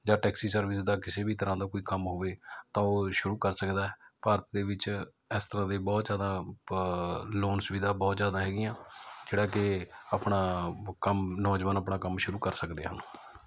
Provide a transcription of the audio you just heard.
ਜਾਂ taxi service ਦਾ ਕਿਸੇ ਵੀ ਤਰ੍ਹਾਂ ਦਾ ਕੋਈ ਕੰਮ ਹੋਵੇ ਤਾਂ ਉਹ ਸ਼ੁਰੂ ਕਰ ਸਕਦਾ ਭਾਰਤ ਦੇ ਵਿੱਚ ਇਸ ਤਰਾਂ ਦੇ ਬਹੁਤ ਜ਼ਿਆਦਾ ਲੋਨਸ ਸੁਵਿਧਾ ਬਹੁਤ ਜ਼ਿਆਦਾ ਹੈਗੀਆਂ ਜਿਹੜਾ ਕਿ ਆਪਣਾ ਕੰਮ ਨੌਜਵਾਨ ਆਪਣਾ ਕੰਮ ਸ਼ੁਰੂ ਕਰ ਸਕਦੇ ਹਨ